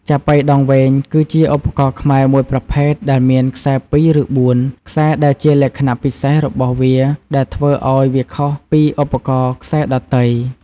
ចាប៉ីដងវែងគឺជាឧបករណ៍ខ្សែខ្មែរមួយប្រភេទដែលមានខ្សែ២ ឬ ៤ ខ្សែដែលជាលក្ខណៈពិសេសរបស់វាដែលធ្វើឲ្យវាខុសពីឧបករណ៍ខ្សែដទៃ។